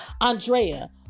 Andrea